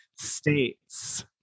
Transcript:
states